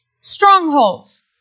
strongholds